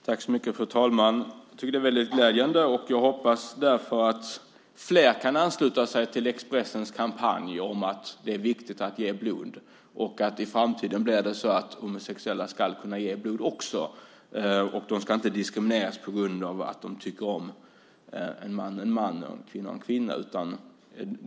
Fru talman! Jag tycker att detta är glädjande. Jag hoppas därför att fler kan ansluta sig till Expressens kampanj om att det är viktigt att ge blod och att också homosexuella ska kunna ge blod i framtiden. De ska inte diskrimineras på grund av att de tycker om någon av samma kön.